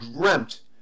dreamt